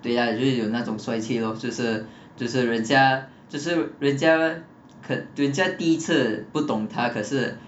对呀有就有那种帅气 loh 就是就是人家就是人家可人家第一次不懂他可是